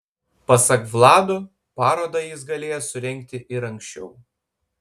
pasak vlado parodą jis galėjęs surengti ir anksčiau